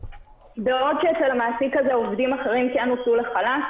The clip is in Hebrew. בעוד שאצל המעסיק הזה עובדים אחרים הוצאו לחל"ת,